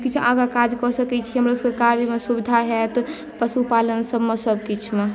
किछु आगाँ काज कऽ सकै छियै हमरो सभकेँ काज मे सुविधा होएत पशुपालन सभमे सभ किछु मे